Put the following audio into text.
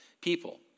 people